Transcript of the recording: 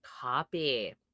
Copy